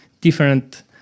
different